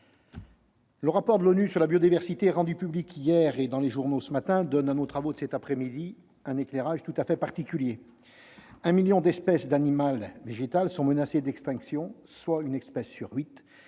le rapport de l'ONU sur la biodiversité rendu public hier, et ce matin dans les journaux, donne à nos travaux de cet après-midi un éclairage tout à fait particulier. Un million d'espèces animales et végétales sont menacées d'extinction, soit une espèce sur huit